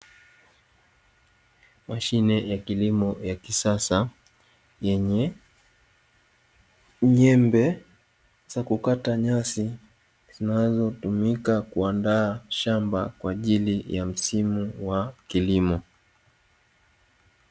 Mashine ya kilimo ya kisasa yenye nyembe za kukata nyasi, zinazotumika kuandaa shamba kwa ajili ya msimu wa kilimo.